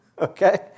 Okay